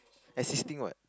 assisting what